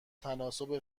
تناسب